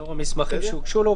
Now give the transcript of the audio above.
"לאור המסמכים שהוגשו לו,